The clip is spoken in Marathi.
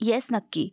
येस नक्की